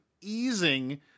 easing